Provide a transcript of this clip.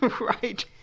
right